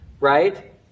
right